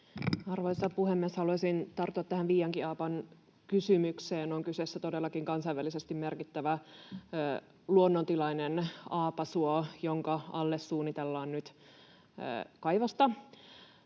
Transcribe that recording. Arvoisa puhemies! Haluaisin tarttua tähän Viiankiaapa-kysymykseen. On kyseessä todellakin kansainvälisesti merkittävä luonnontilainen aapasuo, jonka alle suunnitellaan nyt kaivosta.